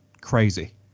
crazy